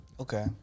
Okay